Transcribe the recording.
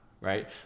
Right